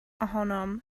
ohonom